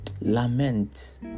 Lament